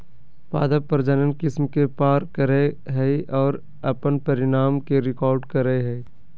पादप प्रजनन किस्म के पार करेय हइ और अपन परिणाम के रिकॉर्ड करेय हइ